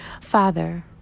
father